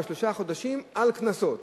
בשלושת החודשים על קנסות.